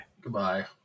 Goodbye